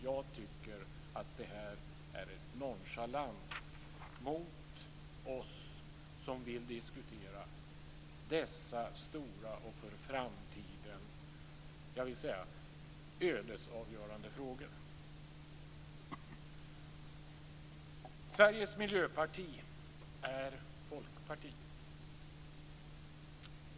Jag tycker att detta är nonchalant mot oss som vill diskutera dessa stora och för framtiden ödesavgörande frågor. Sveriges miljöparti är Folkpartiet.